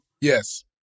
yes